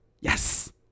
Yes